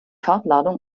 farbladung